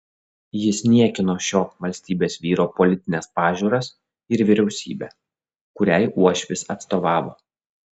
jis niekino šio valstybės vyro politines pažiūras ir vyriausybę kuriai uošvis atstovavo